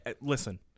Listen